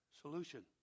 solution